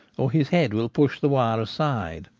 or his head will push the wire aside.